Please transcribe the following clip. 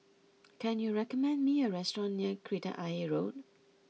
can you recommend me a restaurant near Kreta Ayer Road